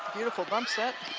beautiful bump set.